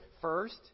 first